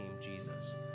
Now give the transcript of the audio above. Jesus